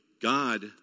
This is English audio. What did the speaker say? God